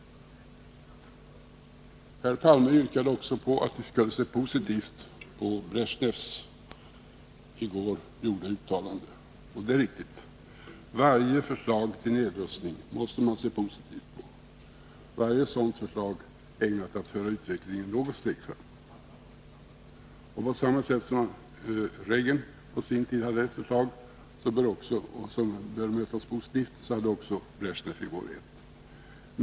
Herr Palme yrkade också på att man skall se positivt på herr Bresjnevs i går gjorda uttalande. Det är riktigt — varje förslag till nedrustning måste man se positivt på. Varje sådant förslag är ägnat att föra utvecklingen något steg framåt. På samma sätt som det förslag Reagan framförde för en tid sedan bör mötas positivt, så bör också Bresjnevs i går mötas positivt.